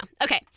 Okay